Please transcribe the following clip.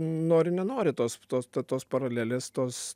nori nenori tos tos tos paralelės tos